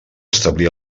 establir